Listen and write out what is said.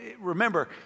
remember